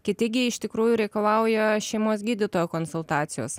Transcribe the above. kiti gi iš tikrųjų reikalauja šeimos gydytojo konsultacijos